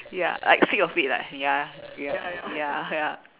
ya I get sick of it ya ya ya